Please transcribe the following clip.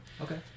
Okay